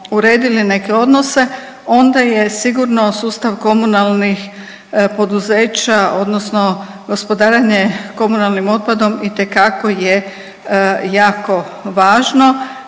neke odnose onda je sigurno sustav komunalnih poduzeća odnosno gospodarenje komunalnim otpadom itekako je jako važno.